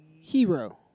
Hero